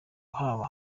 haba